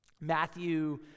Matthew